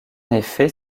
effet